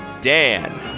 Dan